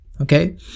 Okay